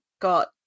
got